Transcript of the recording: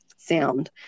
sound